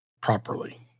properly